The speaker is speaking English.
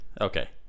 Okay